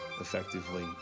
effectively